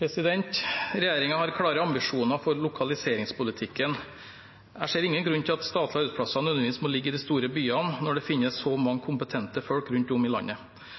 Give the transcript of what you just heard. Regjeringen har klare ambisjoner for lokaliseringspolitikken. Jeg ser ingen grunn til at statlige arbeidsplasser nødvendigvis må ligge i de store byene når det finnes så mange kompetente folk rundt om i landet.